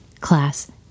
class